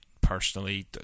personally